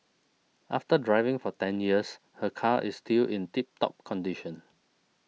after driving for ten years her car is still in tip top condition